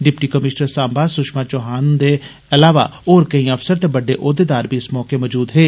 deputy commissioner Samba Sushma Chauhan हुन्दे इलावा होर केई अफसर ते बड्डे ओहदेदार बी इस मौके मौजूद हे